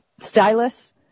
Stylus